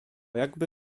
jakby